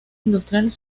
industriales